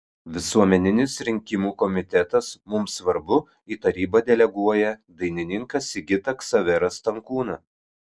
visuomeninis rinkimų komitetas mums svarbu į tarybą deleguoja dainininką sigitą ksaverą stankūną